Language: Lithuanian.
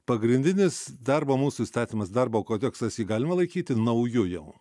pagrindinis darbo mūsų įstatymas darbo kodeksas jį galima laikyti nauju jau